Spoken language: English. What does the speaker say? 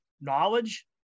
knowledge